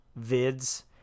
vids